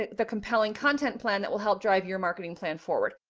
the compelling content plan that will help drive your marketing plan forward.